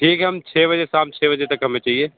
ठीक है हम छ बजे शाम छ बजे तक हमें चाहिए